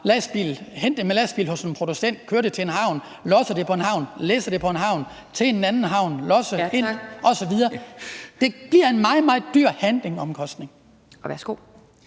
hente dem i lastbil hos en producent, køre dem til en havn, losse dem på en havn, læsse dem på et skib til en anden havn osv. – giver en meget, meget dyr handlingomkostning. Kl.